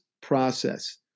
process